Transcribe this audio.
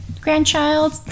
grandchild